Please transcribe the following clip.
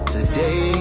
Today